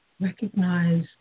Recognize